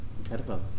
incredible